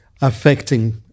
affecting